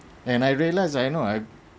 and I realized I know I